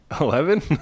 Eleven